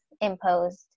imposed